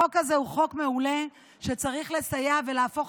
החוק הזה הוא חוק מעולה וצריך לסייע ולהפוך